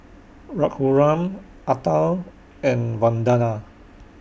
Raghuram Atal and Vandana